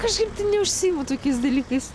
kažkaip tai neužsiimu tokiais dalykais